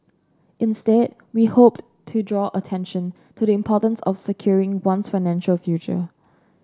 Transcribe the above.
instead we hoped to draw attention to the importance of securing one's financial future